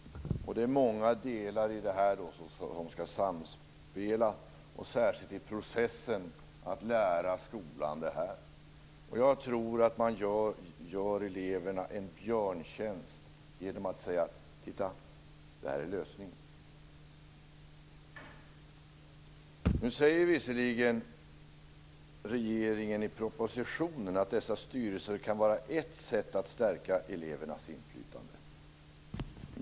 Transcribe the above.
Det är många delar i det här som skall samspela, särskilt i processen att lära skolan det här. Jag tror att man gör eleverna en björntjänst genom att säga: Titta, det här är lösningen! Nu säger visserligen regeringen i propositionen att dessa styrelser kan vara ett sätt att stärka elevernas inflytande.